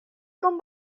con